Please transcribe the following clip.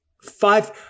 Five